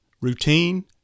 routine